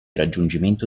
raggiungimento